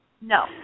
No